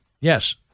Yes